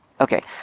Okay